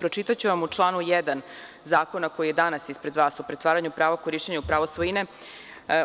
Pročitaću vam iz zakona koji je danas ispred vas, o pretvaranju prava korišćenja u pravo svojine